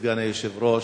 סגן היושב-ראש,